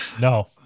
No